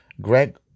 Greg